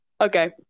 Okay